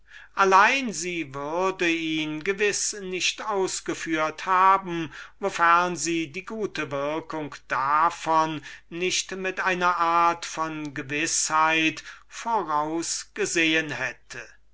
allein sie würde ihn nicht ausgeführt haben wenn sie nicht die gute würkung davon mit einer art von gewißheit vorausgesehen hätte